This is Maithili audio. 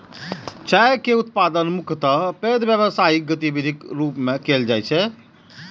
चाय के उत्पादन मुख्यतः पैघ व्यावसायिक गतिविधिक रूप मे कैल जाइ छै